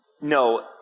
No